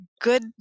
good